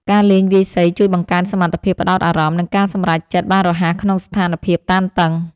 ការលេងវាយសីជួយបង្កើនសមត្ថភាពផ្ដោតអារម្មណ៍ និងការសម្រេចចិត្តបានរហ័សក្នុងស្ថានភាពតានតឹង។